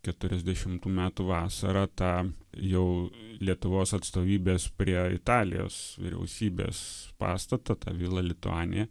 keturiasdešimų metų vasarą tą jau lietuvos atstovybės prie italijos vyriausybės pastatą tą vila lituania